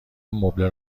مبله